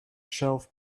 shelf